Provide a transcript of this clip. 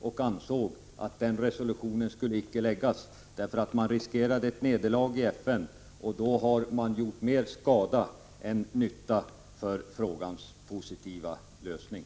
Det ansågs att resolutionen inte skulle läggas fram, eftersom det fanns risk för ett nederlag i FN, vilket skulle ha varit mer till skada än till nytta för frågans positiva lösning.